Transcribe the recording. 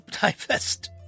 divest